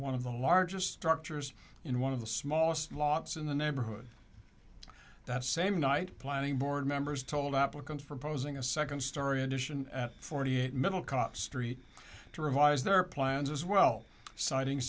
one of the largest structures in one of the smallest lots in the neighborhood that same night planning board members told applicants proposing a second story addition at forty eight middle caught street to revise their plans as well citing